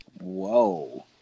Whoa